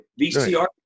vcr